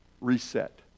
reset